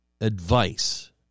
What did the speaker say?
advice